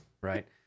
right